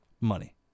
money